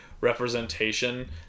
representation